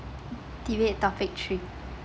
debate topic three